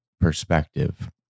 perspective